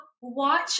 watch